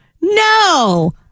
No